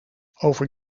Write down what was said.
over